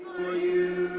for you,